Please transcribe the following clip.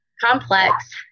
complex